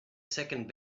second